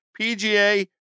PGA